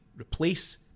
replace